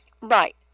right